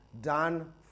done